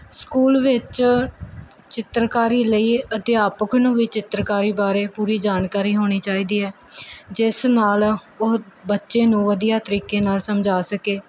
school ਵਿੱਚ ਚਿੱਤਰਕਾਰੀ ਲਈ ਅਧਿਆਪਕ ਨੂੰ ਵੀ ਚਿੱਤਰਕਾਰੀ ਬਾਰੇ ਪੂਰੀ ਜਾਣਕਾਰੀ ਹੋਣੀ ਚਾਹੀਦੀ ਹੈ ਜਿਸ ਨਾਲ ਉਹ ਬੱਚੇ ਨੂੰ ਵਧੀਆ ਤਰੀਕੇ ਨਾਲ ਸਮਝਾ ਸਕੇ